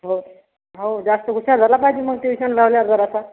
हो हो जास्त हुशार झाला पाहिजे मग ट्युशन लावल्यावर जरासा